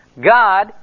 God